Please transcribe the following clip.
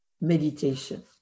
meditation